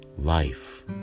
life